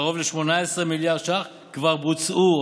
קרוב ל-18 מיליארד ש"ח כבר בוצעו,